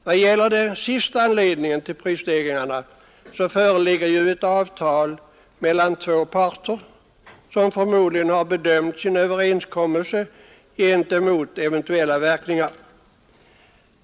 Vad det gäller den sistnämnda anledningen till prisstegringarna föreligger det ju ett avtal mellan två parter, som förmodligen bedömt överenskommelsen med tanke på eventuella verkningar.